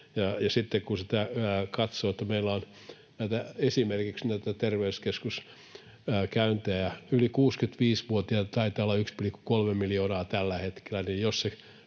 kun katsoo, että meillä esimerkiksi näitä terveyskeskuskäyntejä yli 65-vuotiailla taitaa olla 1,3 miljoonaa tällä hetkellä,